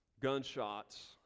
Gunshots